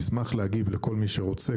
נשמח להגיב לכל מי שרוצה,